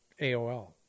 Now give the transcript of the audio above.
AOL